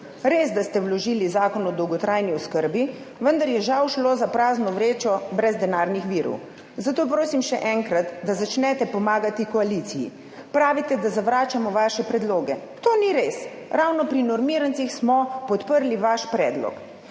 Res, da ste vložili Zakon o dolgotrajni oskrbi, vendar je žal šlo za prazno vrečo brez denarnih virov, zato prosim še enkrat, da začnete pomagati koaliciji. Pravite, da zavračamo vaše predloge, to ni res, ravno pri normirancih smo podprli vaš predlog.